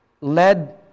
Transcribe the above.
led